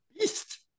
Beast